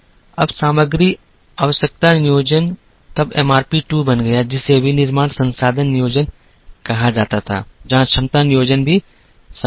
अब सामग्री आवश्यकता नियोजन तब MRP II बन गया जिसे विनिर्माण संसाधन नियोजन कहा जाता है जहाँ क्षमता नियोजन भी शामिल था